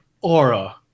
aura